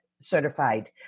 certified